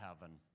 heaven